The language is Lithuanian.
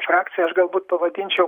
frakciją aš galbūt pavadinčiau